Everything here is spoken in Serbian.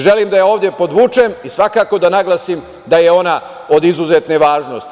Želim da je ovde podvučem i svakako da naglasim da je ona od izuzetne važnosti.